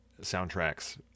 soundtracks